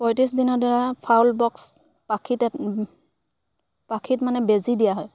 পঁয়ত্ৰিছ দিনৰ দিনা ফাউল বক্স পাখিত পাখিত মানে বেজী দিয়া হয়